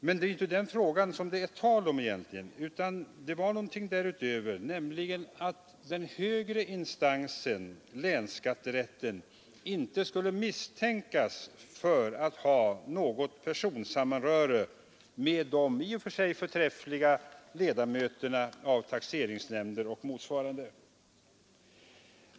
Men det är inte denna fråga det nu är tal om, utan att den högre instansen inte skall misstänkas för att ha något personsamröre med de i och för sig förträffliga ledamöterna i taxeringsnämnder och motsvarande.